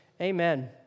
Amen